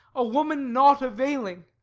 a woman naught availing.